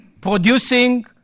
producing